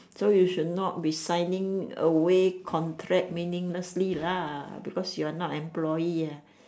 so you should not be signing away contract meaninglessly lah because you are not employee ah